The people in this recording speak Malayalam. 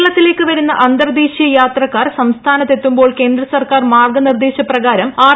കേരളത്തിലേക്ക് വരുന്ന അന്തർദേശീയ യാത്രക്കാർ സംസ്ഥാനത്ത് എത്തുമ്പോൾ കേന്ദ്രസർക്കാർ മാർഗനിർദേശ പ്രകാരം ആർ